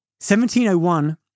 1701